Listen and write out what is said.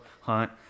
Hunt